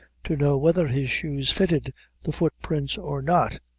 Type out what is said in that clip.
to know whether his shoes fitted the foot-prints or not,